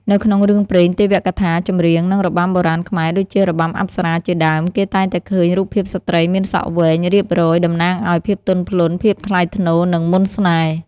នៅក្នុងរឿងព្រេង ទេវកថា ចម្រៀង និងរបាំបុរាណខ្មែរ ដូចជា របាំអប្សរា ជាដើម គេតែងតែឃើញរូបភាពស្ត្រីមានសក់វែងរៀបរយ តំណាងឱ្យ ភាពទន់ភ្លន់ ភាពថ្លៃថ្នូរ និងមន្តស្នេហ៍។